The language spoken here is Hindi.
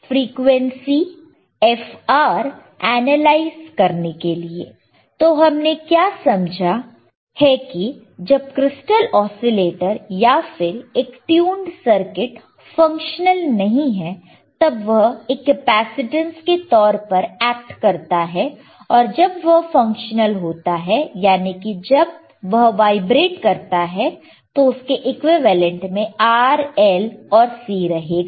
फ्रीक्वेंसी Fr एनालाइज करने के लिए तो हमने क्या समझा है कि जब क्रिस्टल ऑसीलेटर या फिर एक ट्यून्ड सर्किट फंक्शनल नहीं है तब वह एक कैपेसिटेंस के तौर पर एक्ट करता है और जब वह फंक्शनल होता है यानी कि जब वह वाइब्रेट करता है तो उसके इक्विवेलेंट में R L और C रहेगा